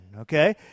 okay